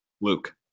luke